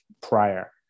prior